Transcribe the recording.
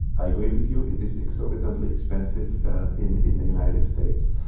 i agree with you, it is exorbitantly expensive in in the united states,